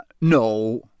no